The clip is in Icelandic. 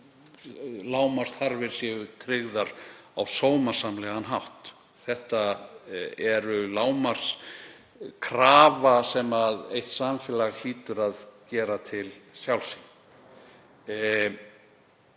lágmarksþarfir séu tryggðar á sómasamlegan hátt. Þetta er lágmarkskrafa sem eitt samfélag hlýtur að gera til sjálfs